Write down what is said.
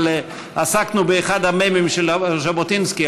אבל עסקנו באחד המ"מים של ז'בוטינסקי,